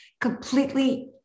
completely